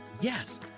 Yes